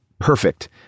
perfect